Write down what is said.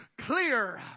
clear